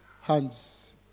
hands